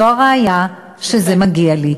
זו הראיה שזה מגיע לי.